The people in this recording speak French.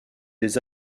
les